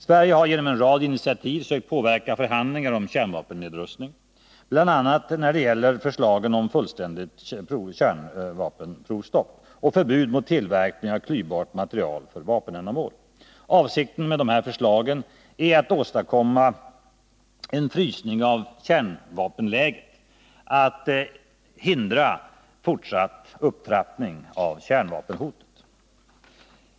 Sverige har genom en rad initiativ försökt påverka förhandlingar om kärnvapennedrustning, bl.a. när det gäller förslagen om ett fullständigt kärnvapenprovstopp och förbud mot tillverkning av klyvbart material för vapenändamål. Avsikten med dessa förslag är att åstadkomma en frysning av kärnvapenläget, att hindra fortsatt upptrappning av kärnvapenhotet.